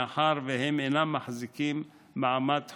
מאחר שהם אינם מחזיקים במעמד חוקי.